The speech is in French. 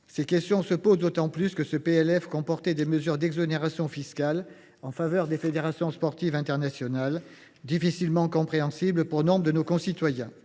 Ces questions se posent d’autant plus que ce projet de loi de finances comportait des mesures d’exonération fiscale en faveur des fédérations sportives internationales, difficilement compréhensibles pour nombre de nos concitoyens.